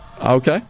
okay